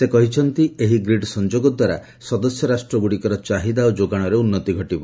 ସେ କହିଛନ୍ତି ଏହି ଗ୍ରୀଡ ସଂଯୋଗ ଦ୍ୱାରା ସଦସ୍ୟ ରାଷ୍ଟ୍ରଗୁଡ଼ିକର ଚାହିଦା ଓ ଯୋଗାଣରେ ଉନ୍ନତି ଘଟିବ